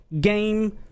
game